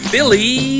Billy